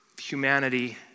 humanity